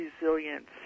resilience